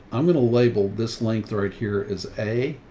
i'm going to label this length right here is a,